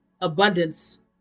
abundance